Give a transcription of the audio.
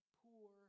poor